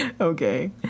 Okay